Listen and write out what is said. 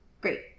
great